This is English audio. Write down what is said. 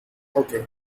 okay